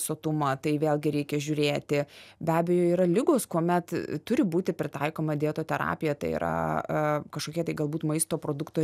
sotumą tai vėlgi reikia žiūrėti be abejo yra ligos kuomet turi būti pritaikoma dietoterapija tai yra kažkokie tai galbūt maisto produkto